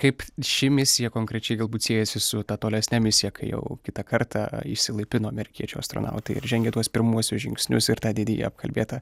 kaip ši misija konkrečiai galbūt siejasi su ta tolesnę misija kai jau kitą kartą išsilaipino amerikiečių astronautai ir žengė tuos pirmuosius žingsnius ir tą didįjį apkalbėtą